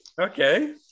Okay